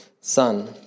son